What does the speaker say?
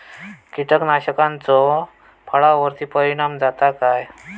कीटकनाशकाचो फळावर्ती परिणाम जाता काय?